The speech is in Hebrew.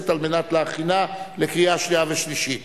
על מנת להכינה לקריאה שנייה ושלישית.